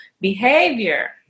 Behavior